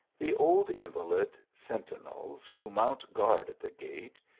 the old invalid sentinels, who mount guard at the gate,